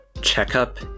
checkup